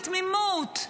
בתמימות,